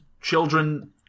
children